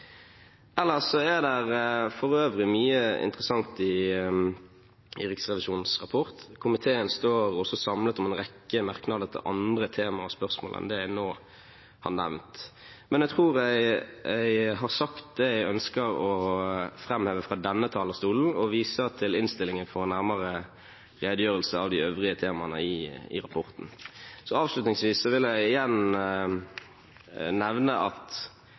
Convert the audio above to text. er det mye interessant i Riksrevisjonens rapport. Komiteen står også samlet om en rekke merknader til andre temaer og spørsmål enn det jeg nå har nevnt, men jeg tror jeg har sagt det jeg ønsker å framheve fra denne talerstolen, og viser til innstillingen for nærmere redegjørelse av de øvrige temaene i rapporten. Avslutningsvis vil jeg igjen nevne at